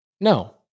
No